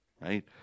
right